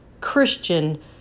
Christian